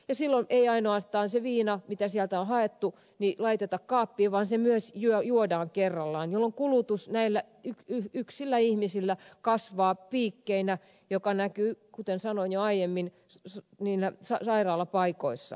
silloin ei ainoastaan sitä viinaa mitä sieltä on haettu laiteta kaappiin vaan se myös juodaan kerralla jolloin kulutus näillä yksillä ihmisillä kasvaa piikkeinä mikä näkyy kuten sanoin jo aiemmin sairaalapaikoissa